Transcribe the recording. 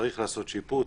צריך לעשות שיפוץ,